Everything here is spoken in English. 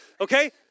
Okay